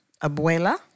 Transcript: abuela